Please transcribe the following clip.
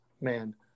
man